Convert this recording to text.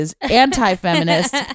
anti-feminist